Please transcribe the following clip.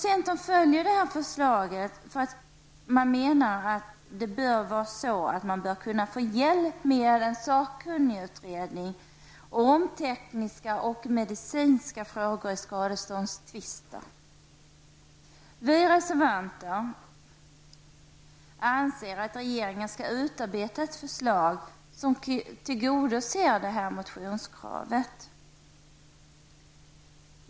Centern följer förslaget, eftersom man menar att man bör kunna få hjälp av en sakkunnigutredning när det gäller tekniska och medicinska frågor i skadeståndstvister. Vi reservanter anser att regeringen skall utarbeta ett förslag som tillgodoser detta motionskrav.